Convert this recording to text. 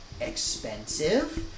expensive